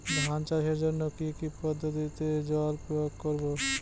ধান চাষের জন্যে কি কী পদ্ধতিতে জল প্রয়োগ করব?